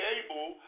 able